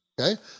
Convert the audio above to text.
Okay